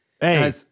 Hey